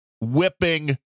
whipping